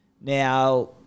Now